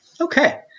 Okay